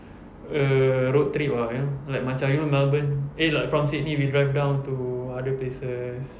a road trip [tau] you know like macam you know melbourne eh like from sydney we drive down to other places